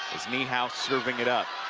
it's niehaus serving it up.